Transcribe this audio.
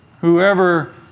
whoever